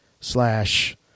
slash